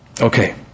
okay